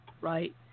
right